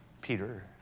Peter